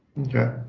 Okay